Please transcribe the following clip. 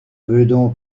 meudon